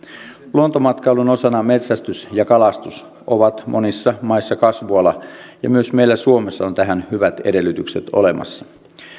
luontomatkailun osana metsästys ja kalastus ovat monissa maissa kasvuala ja myös meillä suomessa on tähän hyvät edellytykset olemassa